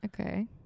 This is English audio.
Okay